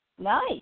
Nice